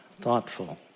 thoughtful